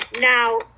now